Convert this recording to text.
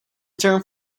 term